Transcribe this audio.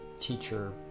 teacher